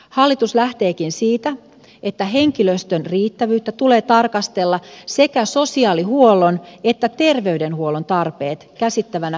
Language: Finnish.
hallitus lähteekin siitä että henkilöstön riittävyyttä tulee tarkastella sekä sosiaalihuollon että terveydenhuollon tarpeet käsittävänä kokonaisuutena